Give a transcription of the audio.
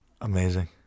Amazing